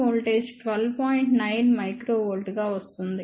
9 uV గా వస్తుంది